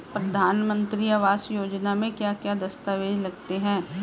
प्रधानमंत्री आवास योजना में क्या क्या दस्तावेज लगते हैं?